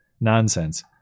nonsense